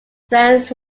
friends